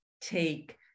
take